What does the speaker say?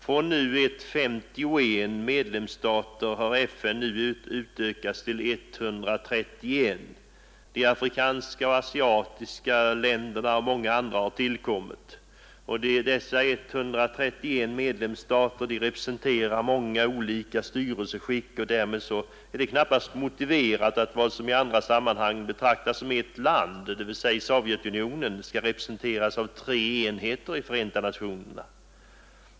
Från 51 medlemsstater har FN nu utökats till 131. Afrikanska och asiatiska länder och många andra har tillkommit. Dessa 131 medlemsstater representerar många olika styrelseskick, och därför är det knappast motiverat att vad som i andra sammanhang betraktas som ett land, nämligen Sovjetunionen, skall representeras av tre enheter i Förenta nationerna.